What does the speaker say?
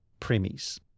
Premies